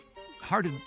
hard